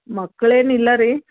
ಮಕ್ಳು ಏನು ಇಲ್ಲ ರೀ